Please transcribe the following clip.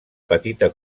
petita